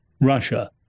Russia